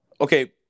Okay